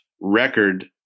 record